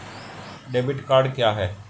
Debit card क्या है?